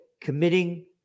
committing